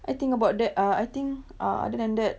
I think about that ah I think ah other than that